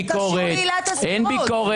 מה זה קשור לעילת הסבירות?